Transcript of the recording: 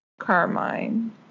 Carmine